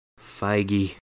Feige